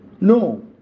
No